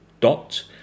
dot